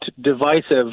divisive